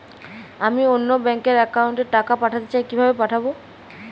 আমি অন্য ব্যাংক র অ্যাকাউন্ট এ টাকা পাঠাতে চাই কিভাবে পাঠাবো?